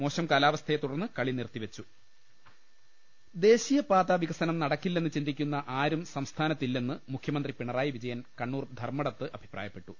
മോശം കാലാവസ്ഥയെ തുടർന്ന് കളി നിർത്തിവെച്ച മത്സരം പുനരാരംഭിച്ചു ൾ ൽ ൾ ദേശീയപാത വികസനം നടക്കില്ലെന്ന് ചിന്തിക്കുന്ന ആരും സംസ്ഥാനത്തില്ലെന്ന് മുഖ്യമന്ത്രി പിണറായി വിജയൻ കണ്ണൂർ ധർമ്മടത്ത് അഭിപ്രായപ്പെട്ടു